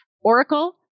Oracle